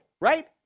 right